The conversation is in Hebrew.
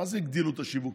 מה זה הגדילו את השיווקים?